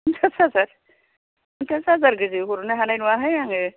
फन्सास हाजार फन्सास हाजार गोजो हरनो हानाय नङाहाय आङो